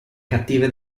cattive